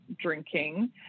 drinking